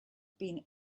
been